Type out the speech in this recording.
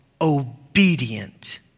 Obedient